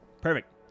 Perfect